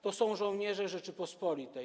To są żołnierze Rzeczypospolitej.